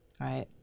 Right